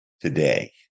today